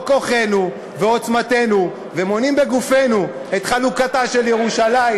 כוחנו ועוצמתנו ומונעים בגופנו את חלוקתה של ירושלים,